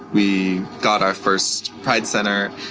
we got our first pride center,